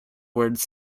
words